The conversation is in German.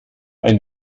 ein